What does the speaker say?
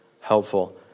helpful